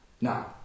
Now